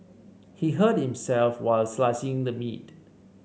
he hurt himself while slicing the meat